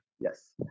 Yes